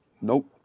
Nope